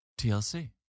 TLC